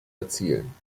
erzielen